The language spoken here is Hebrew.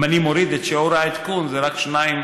אם אני מוריד את שיעור העדכון, זה רק 2.5%,